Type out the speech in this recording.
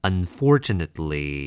Unfortunately